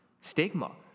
stigma